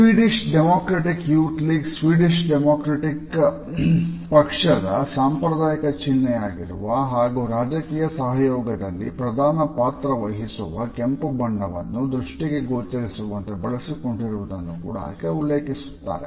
Swedish Democratic Youth League Swedish Democratic ಪಕ್ಷದ ಸಾಂಪ್ರದಾಯಿಕ ಚಿನ್ಹೆಯಾಗಿರುವ ಹಾಗೂ ರಾಜಕೀಯ ಸಹಯೋಗದಲ್ಲಿ ಪ್ರಧಾನ ಪಾತ್ರ ವಹಿಸುವ ಕೆಂಪು ಬಣ್ಣವನ್ನು ದೃಷ್ಟಿಗೆ ಗೋಚರಿಸುವಂತೆ ಬಳಸಿಕೊಂಡಿರುವುದನ್ನು ಕೂಡ ಆಕೆ ಉಲ್ಲೇಖಿಸುತ್ತಾರೆ